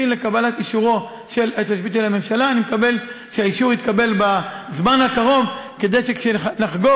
נוסף על כך,